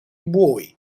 buoi